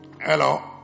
hello